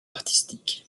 artistique